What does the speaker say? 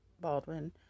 Baldwin